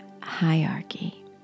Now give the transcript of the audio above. hierarchy